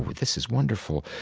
but this is wonderful.